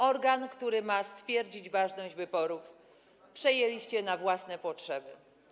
Organ, który ma stwierdzić ważność wyborów, przejęliście na własne potrzeby.